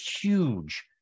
huge